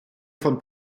von